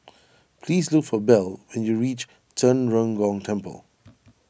please look for Bell when you reach Zhen Ren Gong Temple